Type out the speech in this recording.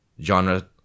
genre